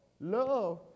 Love